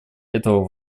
этого